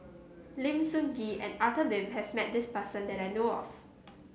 Lim Sun Gee and Arthur Lim has met this person that I know of